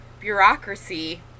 bureaucracy